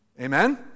Amen